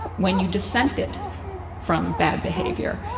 when you dissented from bad behavior.